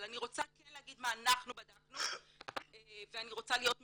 אבל אני רוצה כן להגיד מה אנחנו בדקנו ואני רוצה להיות מדויקת.